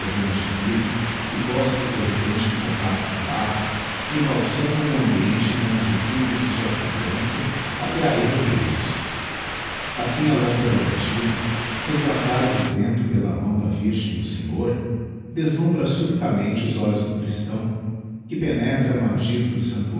de vidro e postos de repente em contacto com o ar embalsamam o ambiente com os efibuvios de sua fragrância até ahi represos assim a lâmpada votiva resguardada do vento pela mão da virgem do senhor deslumbra subitamente os olhos do christão que penetra no adyto do santuário